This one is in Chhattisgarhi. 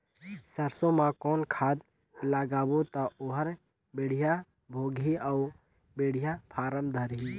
सरसो मा कौन खाद लगाबो ता ओहार बेडिया भोगही अउ बेडिया फारम धारही?